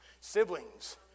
Siblings